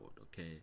okay